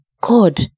God